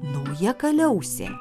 nauja kaliausė